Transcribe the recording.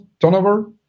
turnover